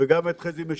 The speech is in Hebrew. וגם את חזי משיטה.